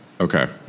Okay